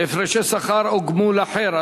הפרשי שכר או גמול אחר),